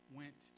went